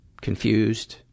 confused